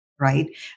right